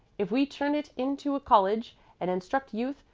if we turn it into a college and instruct youth,